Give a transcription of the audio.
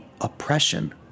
oppression